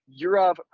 Yurov